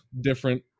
different